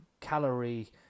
calorie